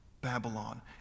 Babylon